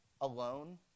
alone